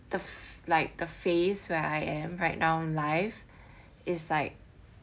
the like the phase where I am right now in life is like